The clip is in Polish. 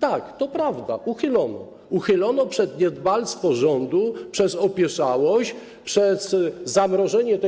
Tak, to prawda, uchylono, uchylono przez niedbalstwo rządu, przez opieszałość, przez zamrożenie